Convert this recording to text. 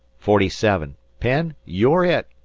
forty-seven. penn, you're it!